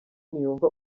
ntiyumva